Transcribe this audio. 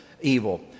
Evil